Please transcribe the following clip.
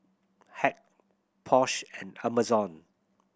Hack Porsche and Amazon